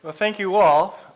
ah thank you all.